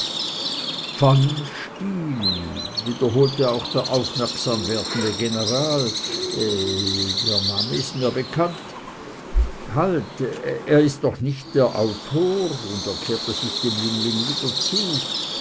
pfannenstiel wiederholte auch der aufmerksam werdende general der name ist mir bekannt halt er ist doch nicht der autor und er kehrte sich dem jüngling wieder zu